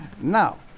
Now